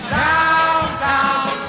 downtown